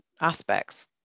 aspects